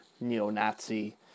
neo-Nazi